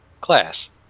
class